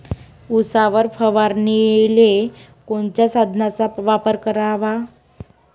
उसावर फवारनीले कोनच्या साधनाचा वापर कराव?